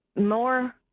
more